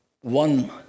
one